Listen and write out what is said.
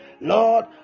Lord